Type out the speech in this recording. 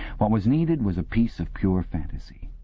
what was needed was a piece of pure fantasy.